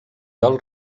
del